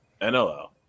nll